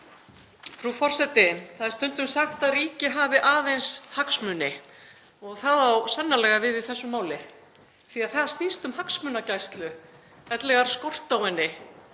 Frú forseti. Það er stundum sagt að ríkið hafi aðeins hagsmuni og það á sannarlega við í þessu máli, því að það snýst um hagsmunagæslu, ellegar skort á henni,